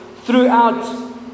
throughout